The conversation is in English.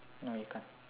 no you can't